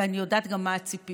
ואני יודעת גם מה הציפיות.